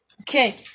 Okay